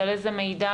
על איזה מידע,